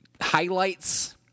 highlights